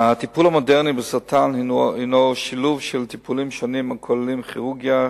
הטיפול המודרני בסרטן הוא שילוב של טיפולים שונים הכוללים כירורגיה,